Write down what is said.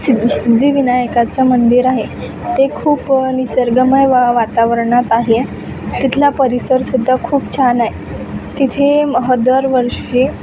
सिध सिद्धिविनायकाचं मंदिर आहे ते खूप निसर्गमय वा वातावरणात आहे तिथला परिसरसुद्धा खूप छान आहे तिथे मह् दरवर्षी